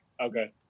Okay